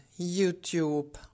YouTube